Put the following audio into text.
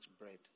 bread